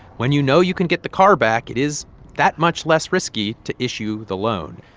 when you know you can get the car back, it is that much less risky to issue the loan.